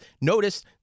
Notice